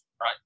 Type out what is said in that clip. right